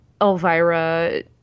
Elvira